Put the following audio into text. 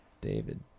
David